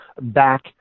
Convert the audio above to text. back